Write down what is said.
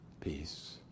peace